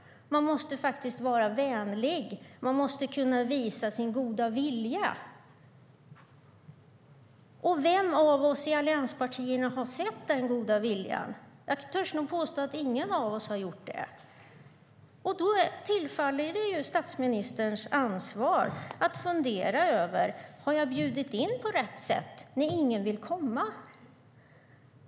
Man måste vara vänlig och kunna visa sin goda vilja. Vem av oss i allianspartierna har sett den goda viljan? Jag törs påstå att ingen av oss har gjort det. Då faller det på statsministerns ansvar att fundera över om han har bjudit in på rätt sätt när ingen vill komma.